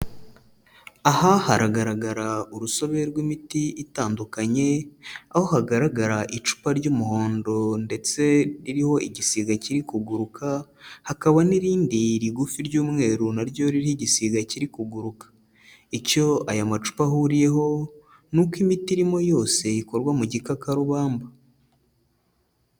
Aha haragaragara urusobe rw'imiti itandukanye, aho hagaragara icupa ry'umuhondo ndetse ririho igisiga kiri kuguruka, hakaba n'irindi rigufi ry'umweru na ryo ririho igisiga kiri kuguruka, icyo aya macupa ahuriyeho ni uko imiti irimo yose ikorwa mu gikakarubamba.